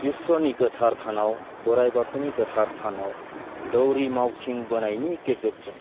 इसोरनि गोथार थानाव बोराइ बाथौनि गोथार थानाव दौरि मावथिंबोनायनि गेजेरजों